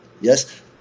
Yes